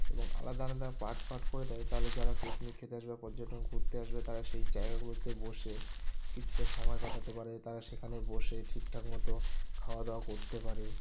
এবং আলাদা আলাদা পার্ট পার্ট করে দেয় তালে যারা পিকনিক খেতে আসবে বা পর্যটন করতে আসবে তারা সেই জায়গাগুলোতে বসে কিছুটা সময় কাটাতে পারে তারা সেখানে বসে ঠিকঠাক মতো খাওয়া দাওয়া করতে পারে